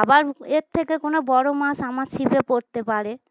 আবার এর থেকে কোনো বড়ো মাছ আমার ছিপে পড়তে পারে